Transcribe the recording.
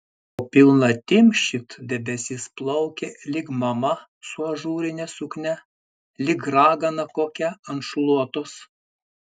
po pilnatim šit debesis plaukė lyg mama su ažūrine suknia lyg ragana kokia ant šluotos